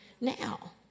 Now